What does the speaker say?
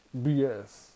BS